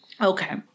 okay